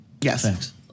Yes